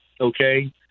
okay